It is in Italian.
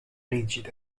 rigida